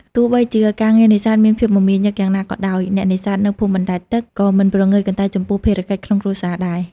ទោះបីជាការងារនេសាទមានភាពមមាញឹកយ៉ាងណាក៏ដោយ អ្នកនេសាទនៅភូមិបណ្ដែតទឹកក៏មិនព្រងើយកន្តើយចំពោះភារកិច្ចក្នុងគ្រួសារដែរ។